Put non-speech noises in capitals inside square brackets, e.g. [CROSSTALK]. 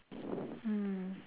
[BREATH] hmm